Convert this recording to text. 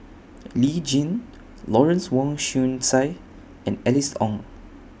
Lee Tjin Lawrence Wong Shyun Tsai and Alice Ong